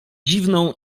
dziwną